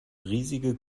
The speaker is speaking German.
riesige